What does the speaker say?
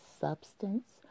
substance